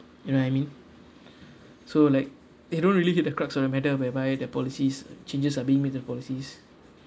you know I mean so like they don't really get the crux on the matter whereby their policies changes are being made to the policies